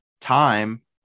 time